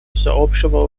всеобщего